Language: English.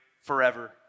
forever